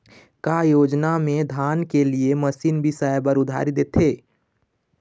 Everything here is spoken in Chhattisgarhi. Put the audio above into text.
का योजना मे धान के लिए मशीन बिसाए बर उधारी देथे?